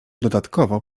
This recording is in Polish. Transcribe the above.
dodatkowo